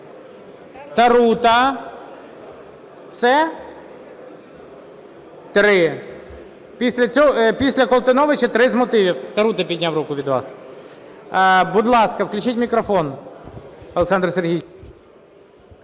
Тарута. Все? Три. Після Колтуновича три з мотивів. Тарута підняв руку від вас. Будь ласка, включіть мікрофон Олександру Сергійовичу.